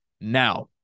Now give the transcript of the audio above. now